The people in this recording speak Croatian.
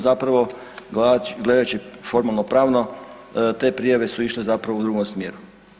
Zapravo gledajući formalno pravno te prijave su išle zapravo u drugom smjeru.